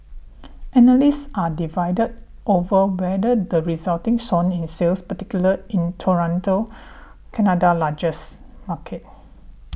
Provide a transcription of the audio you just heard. analysts are divided over whether the resulting swoon in sales particularly in Toronto Canada largest market